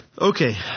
Okay